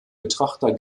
betrachter